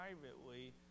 privately